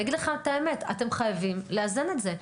אני אגיד לך את האמת: אתם חייבים לאזן את זה.